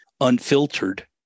unfiltered